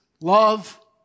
love